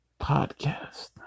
podcast